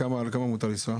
באיזו מהירות מותר לנסוע?